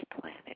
planet